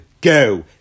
go